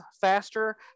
faster